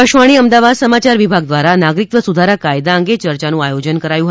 આકાશવાણી અમદાવાદ સમાચાર વિભાગ દ્વારા નાગરિકત્વ સુધારા કાયદા અંગે ચર્ચાનું આયોજન કરાયું હતું